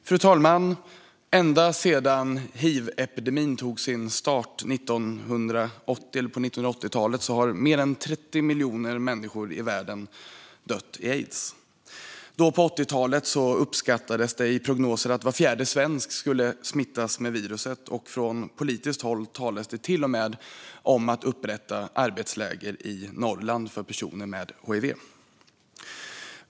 Fru talman! Sedan hivepidemins tog sin början på 1980-talet har mer än 30 miljoner människor i världen dött i aids. Då på 1980-talet uppskattades det i prognoser att var fjärde svensk skulle smittas av viruset, och från politiskt håll talades det till och med om att upprätta arbetsläger i Norrland för personer med hiv.